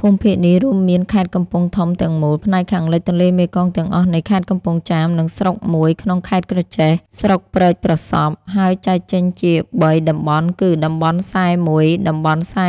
ភូមិភាគនេះរួមមានខេត្តកំពង់ធំទាំងមូល ផ្នែកខាងលិចទន្លេមេគង្គទាំងអស់នៃខេត្តកំពង់ចាម និងស្រុកមួយក្នុង ខេត្តក្រចេះ (ស្រុកព្រែកប្រសប់) ហើយចែកចេញជាបីតំបន់គឺ តំបន់៤១ តំបន់៤២